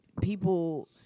people